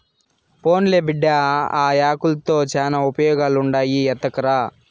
పోన్లే బిడ్డా, ఆ యాకుల్తో శానా ఉపయోగాలుండాయి ఎత్తకరా